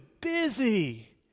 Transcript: busy